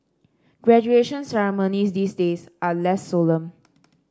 graduation ceremonies these days are less solemn